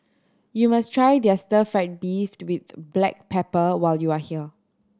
you must try their stir fried beef with black pepper when you are here